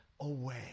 away